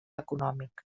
econòmic